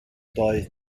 doedd